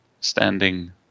standing